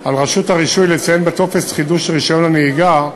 על רשות הרישוי לציין בטופס חידוש רישיון הנהיגה,